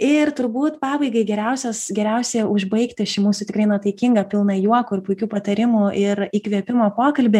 ir turbūt pabaigai geriausias geriausia užbaigti šį mūsų tikrai nuotaikingą pilną juoko ir puikių patarimų ir įkvėpimo pokalbį